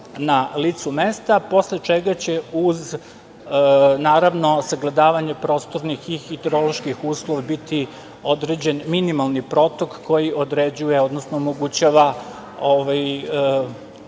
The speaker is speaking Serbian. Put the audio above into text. na licu mesta. Posle čega će uz naravno sagledavanje prostornih i hidroloških uslova biti određen minimalni protok koji određuje, odnosno omogućava i